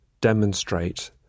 demonstrate